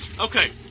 Okay